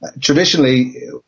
traditionally